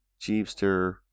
Jeepster